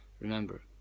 remember